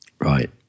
Right